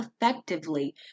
effectively